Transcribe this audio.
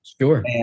Sure